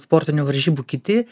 sportinių varžybų kiti